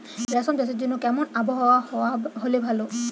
রেশম চাষের জন্য কেমন আবহাওয়া হাওয়া হলে ভালো?